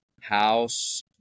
house